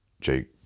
Jake